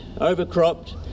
overcropped